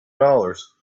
dollars